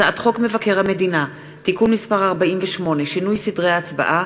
הצעת חוק מבקר המדינה (תיקון מס' 48) (שינוי סדרי ההצבעה),